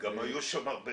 גם היו שם הרבה